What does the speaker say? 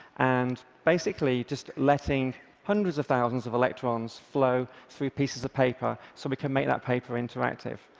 and basically just letting hundreds of thousands of electrons flow through pieces of paper so we can make that paper interactive.